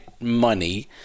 money